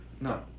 No